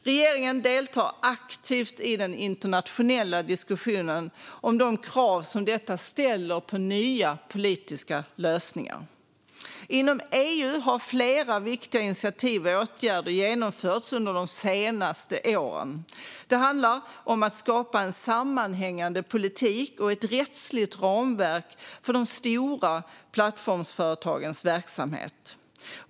Regeringen deltar aktivt i den internationella diskussionen om de krav som detta ställer på nya politiska lösningar. Inom EU har flera viktiga initiativ och åtgärder genomförts under de senaste åren. Det handlar om att skapa en sammanhängande politik och ett rättsligt ramverk för de stora plattformsföretagens verksamhet.